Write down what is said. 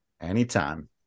Anytime